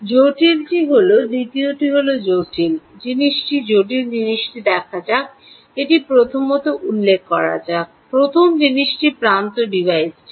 জটিলটি হল দ্বিতীয়টি হল জটিল জিনিসটি করা যাক এটি প্রথমত উল্লেখ করা যাক প্রথম জিনিসটি প্রান্ত ডিভাইসটি ঠিক